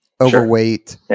overweight